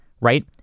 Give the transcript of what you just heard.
right